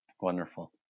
Wonderful